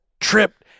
tripped